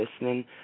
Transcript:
listening